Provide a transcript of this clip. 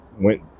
went